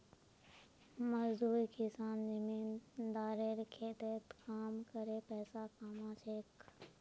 मजदूर किसान जमींदारेर खेतत काम करे पैसा कमा छेक